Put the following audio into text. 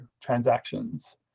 transactions